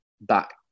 back